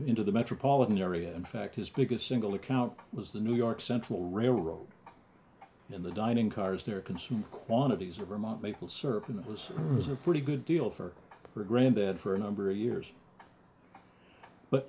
into the metropolitan area in fact his biggest single account was the new york central railroad in the dining cars there consumed quantities of vermont maple syrup and it was it was a pretty good deal for granted for a number of years but